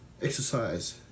Exercise